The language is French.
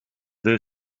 the